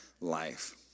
life